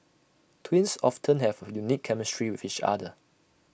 twins often have A unique chemistry with each other